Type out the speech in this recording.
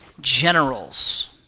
generals